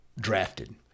drafted